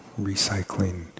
recycling